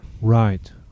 Right